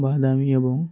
বাদামি এবং